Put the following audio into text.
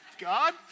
God